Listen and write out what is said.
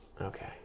Okay